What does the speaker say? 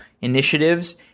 initiatives